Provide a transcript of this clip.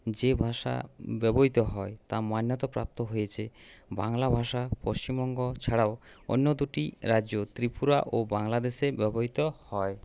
যে ভাষা ব্যবহৃত হয় তা মান্যতা প্রাপ্ত হয়েছে বাংলা ভাষা পশ্চিমবঙ্গ ছাড়াও অন্য দুটি রাজ্য ত্রিপুরা ও বাংলাদেশে ব্যবহৃত হয়